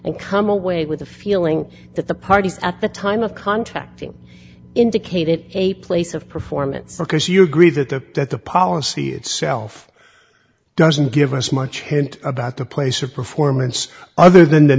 and come away with a feeling that the parties at the time of contracting indicated a place of performance because you agree that the that the policy itself doesn't give us much hint about the place or performance other than the